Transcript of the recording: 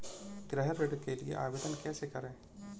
गृह ऋण के लिए आवेदन कैसे करें?